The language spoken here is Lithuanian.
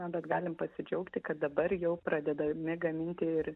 na bet galim pasidžiaugti kad dabar jau pradedami gaminti ir